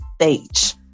stage